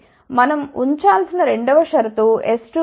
మనం ఉంచాల్సిన రెండవ షరతు S21విలువ 1k కి సమానం